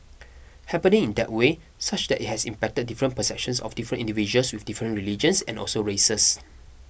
happening in that way such that it has impacted different perceptions of different individuals with different religions and also races